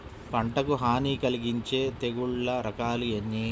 పంటకు హాని కలిగించే తెగుళ్ల రకాలు ఎన్ని?